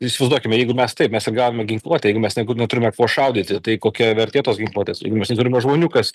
įsivaizduokime jeigu mes taip mes atgavome ginkluotę jeigu mes nebūt neturime kuo šaudyti tai kokia vertė tos ginkluotės mes neturime žmonių kas